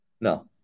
no